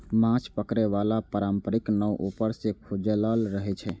माछ पकड़े बला पारंपरिक नाव ऊपर सं खुजल रहै छै